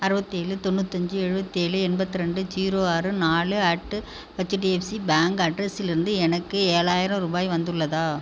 அறுபத்தெழு தொண்ணூத்தஞ்சு எழுபத்தெழு எண்பத்ரெண்டு ஜீரோ ஆறு நாலு அட் ஹெச்டிஎஃப்சி பேங்க் அட்ரஸிலிருந்து எனக்கு ஏழாயிரம் ரூபாய் வந்துள்ளதா